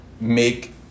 make